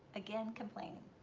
again complaining.